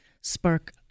spark